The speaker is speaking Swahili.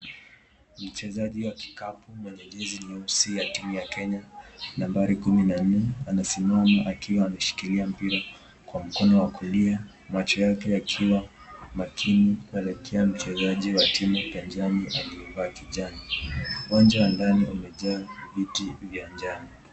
Mchezaji wa kikapu kwenye jezi nyeusi ya timu ya Kenya, nambari kumi na nne, anasimama akiwa ameshikilia mpira kwa mkono wa kulia, macho yake yakiwa makini kuelekea mchezaji aliyevaa kijani, uwanja wa ndani umejaa viti vya njano.